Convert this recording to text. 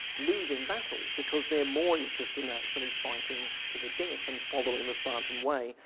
losing battles because they're more interested in actually fighting to the death and following the spartan way,